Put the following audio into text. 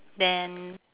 then